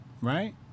right